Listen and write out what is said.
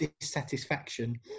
dissatisfaction